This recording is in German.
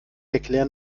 erklären